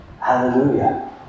Hallelujah